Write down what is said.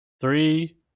Three